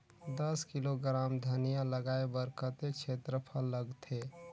दस किलोग्राम धनिया लगाय बर कतेक क्षेत्रफल लगथे?